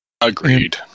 Agreed